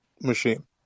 machine